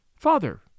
Father